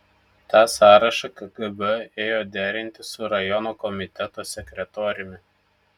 tą sąrašą kgb ėjo derinti su rajono komiteto sekretoriumi